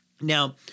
Now